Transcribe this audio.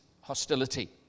hostility